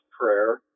prayer